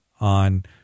on